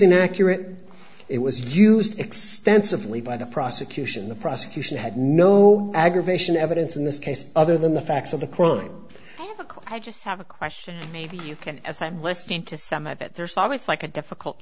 inaccurate it was used extensively by the prosecution the prosecution had no aggravation evidence in this case other than the facts of the crime i just have a question maybe you can as i'm listening to some of it they're so obvious like a difficult